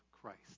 Christ